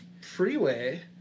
freeway